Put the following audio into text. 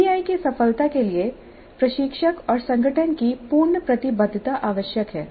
PBI की सफलता के लिए प्रशिक्षक और संगठन की पूर्ण प्रतिबद्धता आवश्यक है